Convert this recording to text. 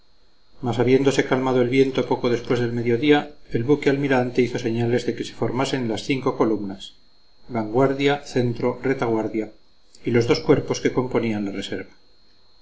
mas habiéndose calmado el viento poco después de mediodía el buque almirante hizo señales de que se formasen las vanguardia centro retaguardia y los dos cuerpos que componían la reserva